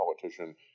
politician